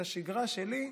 את השגרה שלי,